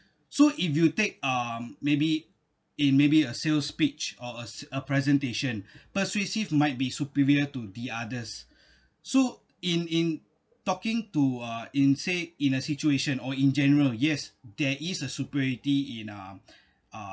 so if you take um maybe in maybe a sales pitch or as a presentation persuasive might be superior to the others so in in talking to uh in say in a situation or in general yes there is a superiority in um uh